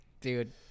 dude